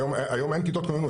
היום אין כיתות כוננות.